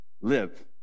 live